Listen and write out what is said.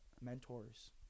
mentors